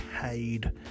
paid